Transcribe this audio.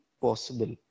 possible